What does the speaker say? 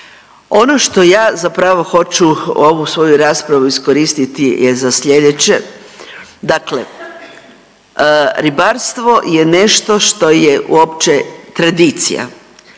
Ono što je zapravo hoću ovu svoju raspravu iskoristiti je za slijedeće. Dakle, ribarstvo je nešto što je uopće tradicija.